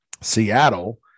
Seattle